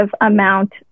amount